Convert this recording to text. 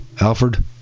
alfred